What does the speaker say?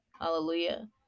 Hallelujah